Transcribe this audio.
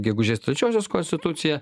gegužės trečiosios konstituciją